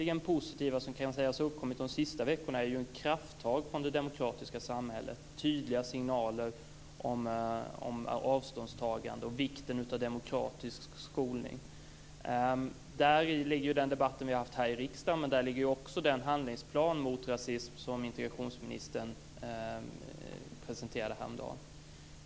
Det enda positiva som egentligen kan sägas ha uppkommit de senaste veckorna är krafttagen från det demokratiska samhället, tydliga signaler om avståndstagande och vikten av demokratisk skolning. Hit hör den debatt vi har haft här i riksdagen och också den handlingsplan mot rasism som integrationsministern presenterade häromdagen.